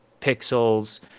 pixels